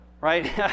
Right